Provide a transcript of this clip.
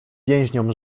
więźniom